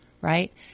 right